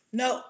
no